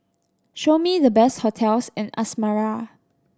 show me the best hotels in Asmara